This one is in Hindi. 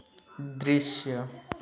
दृश्य